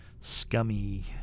scummy